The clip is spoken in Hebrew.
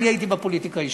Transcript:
אני הייתי בפוליטיקה הישנה.